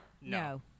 No